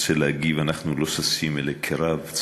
ואני רוצה להגיב: אנחנו לא ששים אלי קרב,